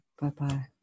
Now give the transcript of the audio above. Bye-bye